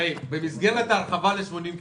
הרי במסגרת ההרחבה ל-80 קילומטר,